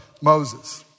Moses